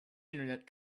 internet